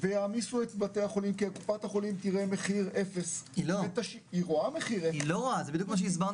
קופת החולים משלמת את חלקה היחסי מתוך כלל